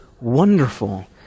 wonderful